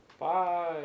Bye